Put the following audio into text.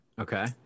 Okay